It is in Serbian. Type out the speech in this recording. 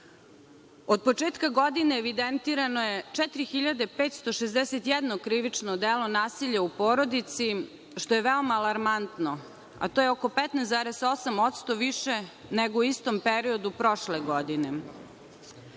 početka godine evidentirano je 4.561 krivično delo - nasilje u porodici, što je veoma alarmantno, a to je oko 15,8% više nego u istom periodu prošle godine.